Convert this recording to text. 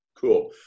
Cool